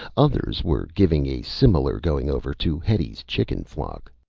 others were giving a similar going-over to hetty's chicken flock.